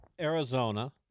Arizona